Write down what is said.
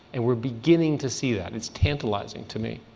and we're beginning to see that. it's tantalizing to me.